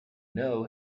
know